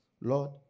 Lord